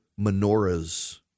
menorahs